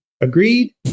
Agreed